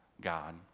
God